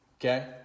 Okay